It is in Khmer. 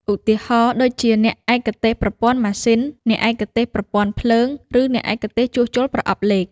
ឧទាហរណ៍ដូចជាអ្នកឯកទេសប្រព័ន្ធម៉ាស៊ីន អ្នកឯកទេសប្រព័ន្ធភ្លើងឬអ្នកឯកទេសជួសជុលប្រអប់លេខ។